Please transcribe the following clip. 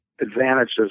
advantages